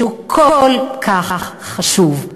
שהוא כל כך חשוב,